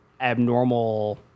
abnormal